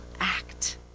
act